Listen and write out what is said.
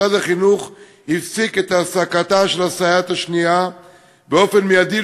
משרד החינוך הפסיק את העסקתה של הסייעת השנייה באופן מיידי,